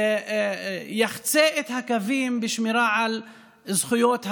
ויחצה את הקווים בשמירה על זכויות הפרט?